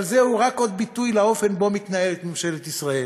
אבל זה רק עוד ביטוי לאופן שבו מתנהלת ממשלת ישראל